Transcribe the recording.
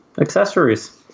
accessories